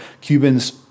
Cubans